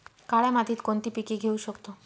काळ्या मातीत कोणती पिके घेऊ शकतो?